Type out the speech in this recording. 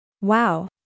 Wow